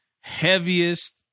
heaviest